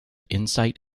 insight